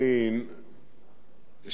אתם לא הבנתם על מה אני מדבר.